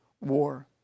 war